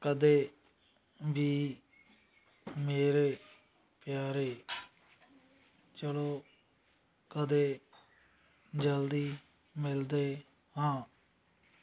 ਕਦੇ ਵੀ ਮੇਰੇ ਪਿਆਰੇ ਚਲੋ ਕਦੇ ਜਲਦੀ ਮਿਲਦੇ ਹਾਂ